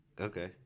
Okay